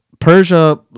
Persia